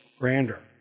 grander